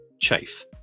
Chafe